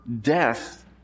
death